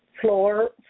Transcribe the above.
floor